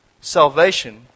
salvation